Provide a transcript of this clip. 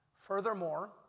Furthermore